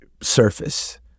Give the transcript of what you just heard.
surface